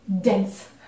dense